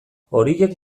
horiek